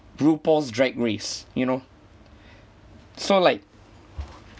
rupaul’s drag race you know so like